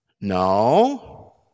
No